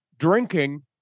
Drinking